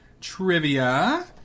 trivia